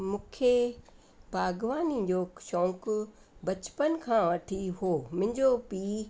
मूंखे बाग़बानी जो शौक़ु बचपन खां वठी हुओ मुंहिंजो पीउ